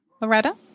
Loretta